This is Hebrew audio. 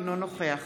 אינו נוכח